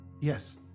Yes